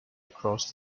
across